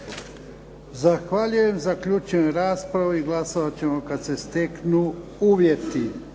Zahvaljujem. Zaključujem raspravu. I glasovati ćemo kada se steknu uvjeti.